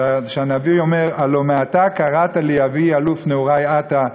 הנביא אומר: "הלוא מעתה קראת לי אבי אלוף נְעֻרַי אתה".